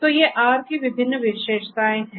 तो ये R की विभिन्न विशेषताएं हैं